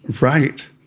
right